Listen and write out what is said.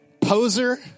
poser